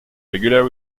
regular